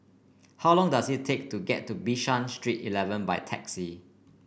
how long does it take to get to Bishan Street Eleven by taxi